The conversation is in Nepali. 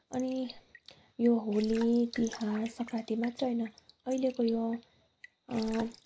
अनि यो होली तिहार सङ्क्रान्ति मात्र होइन अहिलेको यो